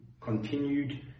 continued